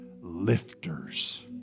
lifters